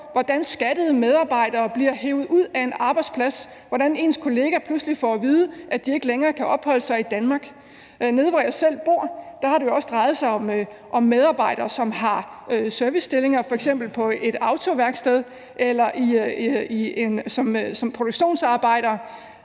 hvordan skattede medarbejdere bliver hevet ud af en arbejdsplads, hvordan ens kolleger pludselig får at vide, at de ikke længere kan opholde sig i Danmark. Nede, hvor jeg selv bor, har det også drejet sig om medarbejdere, som har servicestillinger f.eks. på et autoværksted eller er produktionsarbejdere